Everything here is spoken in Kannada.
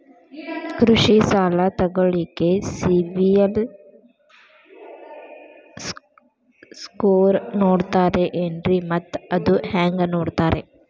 ಕೃಷಿ ಸಾಲ ತಗೋಳಿಕ್ಕೆ ಸಿಬಿಲ್ ಸ್ಕೋರ್ ನೋಡ್ತಾರೆ ಏನ್ರಿ ಮತ್ತ ಅದು ಹೆಂಗೆ ನೋಡ್ತಾರೇ?